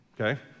Okay